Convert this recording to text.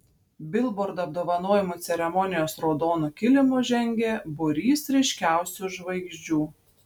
bilbord apdovanojimų ceremonijos raudonu kilimu žengė būrys ryškiausių žvaigždžių